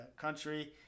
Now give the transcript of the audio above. country